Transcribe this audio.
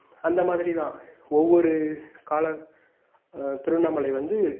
அந்தமாதிரிதான் ஒவ்வொரு கால திருவண்ணாமலை வந்து